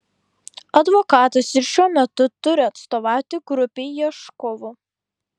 advokatas ir šiuo metu turi atstovauti grupei ieškovų